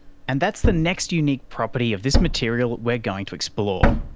and that's the next unique property of this material we are going to explore.